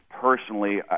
personally